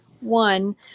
one